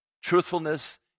truthfulness